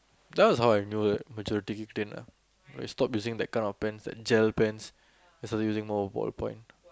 that was how I knew that maturity kicked in ah when I stopped using that kind of pens like gel pens then started using more ballpoint